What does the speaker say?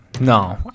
No